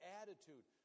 attitude